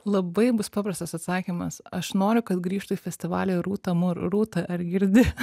labai bus paprastas atsakymas aš noriu kad grįžtų į festivalį rūta mur rūta ar girdi